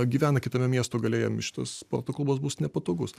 gyvena kitame miesto gale jam šitas sporto klubas bus nepatogus